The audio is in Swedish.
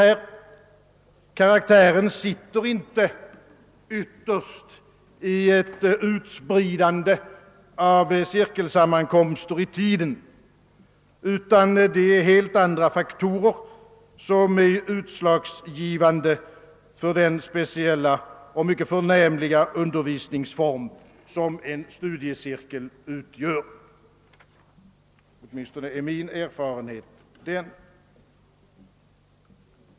Den karaktären sitter ytterst inte i ett utspridande av cirkel sammankomsten i tiden. Det är helt andra faktorer som är utslagsgivande för den speciella och mycket förnämliga undervisningsform som en studiecirkel utgör. Åtminstone är detta min erfarenhet.